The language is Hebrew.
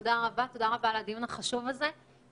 תודה רבה על הדיון החשוב הזה.